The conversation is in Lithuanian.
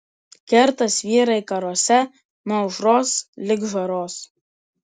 kertas vyrai karuose nuo aušros lig žaros